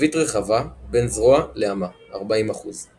זווית רחבה בין זרוע לאמה 40%